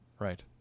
Right